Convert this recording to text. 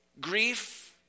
grief